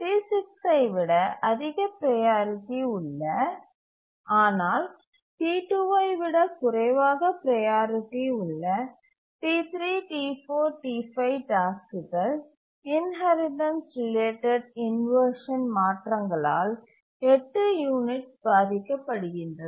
T6 ஐவிட அதிக priority உள்ள ஆனால் T2 ஐவிட குறைவாக ப்ரையாரிட்டி உள்ள T3 T4 T5 டாஸ்க்குகள் இன்ஹெரிடன்ஸ் ரிலேட்டட் இன்வர்ஷன் மாற்றங்களால் 8 யூனிட்ஸ் பாதிக்கப்படுகின்றன